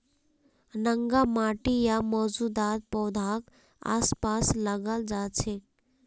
नंगा माटी या मौजूदा पौधाक आसपास लगाल जा छेक